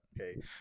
Okay